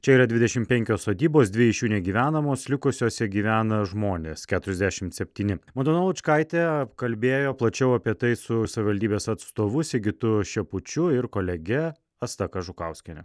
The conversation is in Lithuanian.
čia yra dvidešimt penkios sodybos dvi iš jų negyvenamos likusiose gyvena žmonės keturiasdešimt septyni madona lučkaitė apkalbėjo plačiau apie tai su savivaldybės atstovu sigitu šepučiu ir kolege asta kažukauskiene